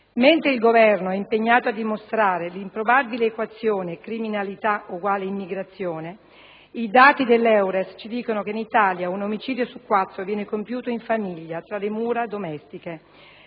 Mentre il Governo è impegnato a dimostrare l'improbabile equazione criminalità uguale immigrazione, i dati dell'EURES ci dicono che in Italia un omicidio su quattro viene compiuto in famiglia, tra le mura domestiche.